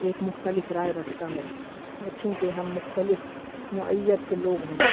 ایک مختلف رائے رکھتا ہے اور چونکہ ہم مختلف نوعیت کے لوگ ہیں